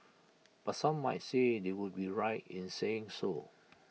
but some might say they would be right in saying so